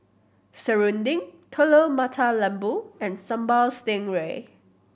serunding Telur Mata Lembu and Sambal Stingray